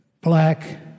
black